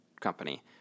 company